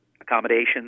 accommodations